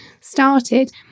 started